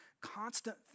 constant